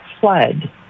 fled